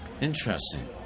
Interesting